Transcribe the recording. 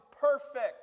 perfect